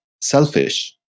selfish